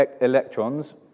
electrons